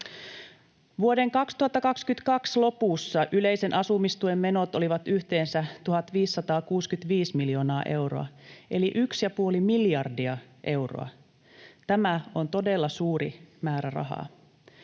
Vuoden 2022 lopussa yleisen asumistuen menot olivat yhteensä 1 565 miljoonaa euroa eli 1,5 miljardia euroa. Tämä on todella suuri määrä rahaa.